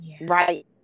right